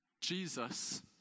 Jesus